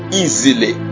easily